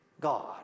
God